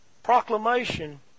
Proclamation